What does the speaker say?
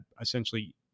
essentially